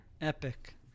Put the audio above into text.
Epic